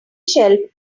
shelf